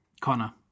connor